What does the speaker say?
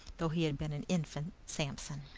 though he had been an infant samson.